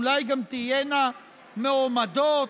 אולי גם תהיינה מועמדות